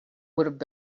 would